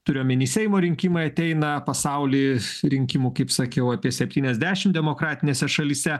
turiu omeny seimo rinkimai ateina pasauly rinkimų kaip sakiau apie septyniasdešim demokratinėse šalyse